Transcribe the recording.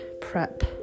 prep